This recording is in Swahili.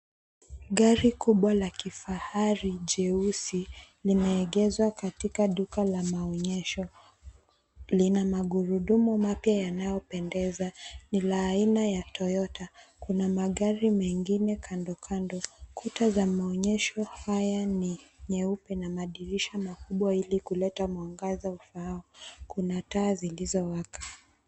Gari kubwa la kifahari jeusi limeegezwa katika duka la maonyesho. Lina magurudumu mapya yanayopendeza, ni la aina ya Toyota. Kuna magari mengine kandokando. Kuta za maonyesho haya ni nyeupe na madirisha makubwa, ili kuleta mwangaza ufaao. Kuna taa zilizowaka.